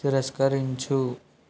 తిరస్కరించు